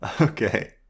Okay